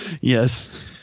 Yes